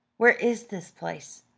where is this place?